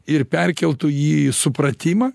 ir perkeltų jį į supratimą